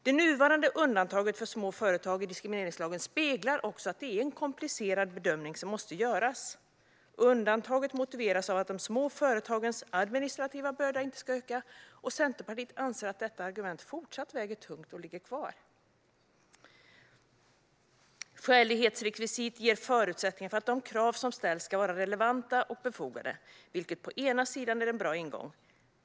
Det nuvarande undantaget för små företag i diskrimineringslagen speglar också att det är en komplicerad bedömning som måste göras. Undantaget motiveras av att de små företagens administrativa börda inte ska öka, och Centerpartiet anser att detta argument även i fortsättningen ska väga tungt och ligga kvar. Skälighetsrekvisitet ger förutsättningar för att de krav som ställs ska vara relevanta och befogade, vilket på ena sidan är en bra ingång.